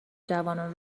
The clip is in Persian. جوانان